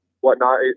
whatnot